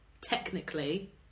technically